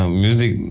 music